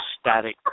static